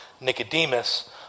Nicodemus